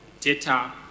data